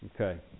Okay